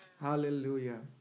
Hallelujah